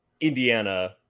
Indiana